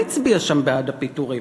מי הצביע שם בעד הפיטורים?